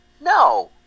No